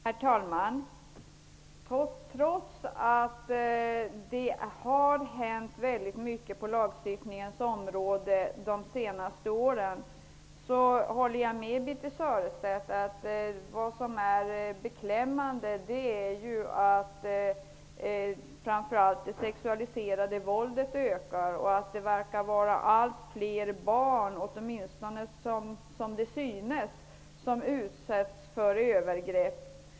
Herr talman! Trots att det har hänt väldigt mycket på lagstiftningens område under de senaste åren är det beklämmande -- på den punkten håller jag med Birthe Sörestedt -- att framför allt det sexualiserade våldet ökar och att det synes vara allt fler barn som utsätts för övergrepp.